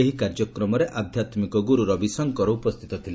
ଏହି କାର୍ଯ୍ୟକ୍ରମରେ ଆଧ୍ୟାତ୍କିକ ଗୁରୁ ରବିଶଙ୍କର ଉପସ୍ଥିତ ଥିଲେ